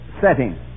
setting